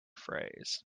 phrase